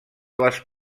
les